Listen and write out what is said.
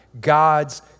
God's